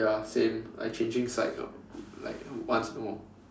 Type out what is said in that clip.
ya same I changing side like like once in a while